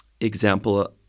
example